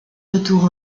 retours